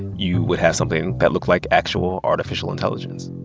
you would have something that looked like actual artificial intelligence